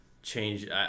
change